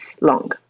long